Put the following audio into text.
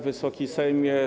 Wysoki Sejmie!